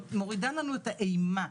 מורידה לנו את האימה,